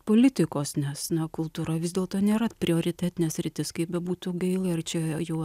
politikos nes na kultūra vis dėlto nėra prioritetinė sritis kaip bebūtų gaila ir čia jau